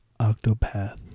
Octopath